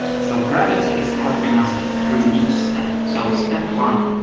so gravity is helping us through each step. so step one,